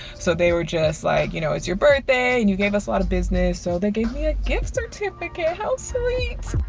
so they were just like, you know, it's your birthday? and you gave us a lot of business. so they gave me a gift certificate, how sweet.